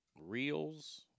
Reels